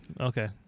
Okay